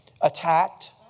attacked